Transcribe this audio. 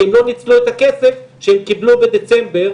כי הן לא ניצלו את הכסף שהן קיבלו בדצמבר,